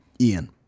Ian